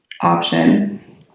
option